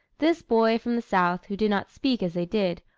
this boy from the south who did not speak as they did,